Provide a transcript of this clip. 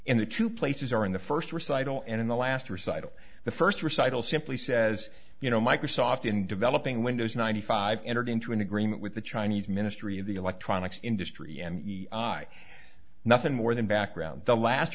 in the two places are in the first recitals and in the last recital the first recital simply says you know microsoft in developing windows ninety five entered into an agreement with the chinese ministry of the electronics industry and nothing more than background the last